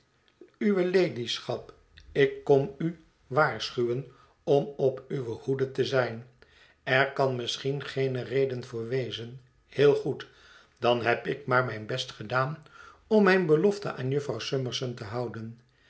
uwe ladyschap ik kom u waarschuwen om op uwe hoede te zijn er kan misschien geene reden voor wezen heel goed dan heb ik maar mijn best gedaan om mijne belofte aan jufvrouw summerson te houden